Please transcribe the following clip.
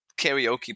karaoke